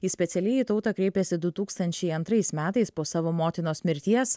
ji specialiai į tautą kreipėsi du tūkstančiai antrais metais po savo motinos mirties